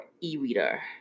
e-reader